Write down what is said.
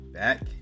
back